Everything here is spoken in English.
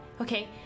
okay